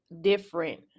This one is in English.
different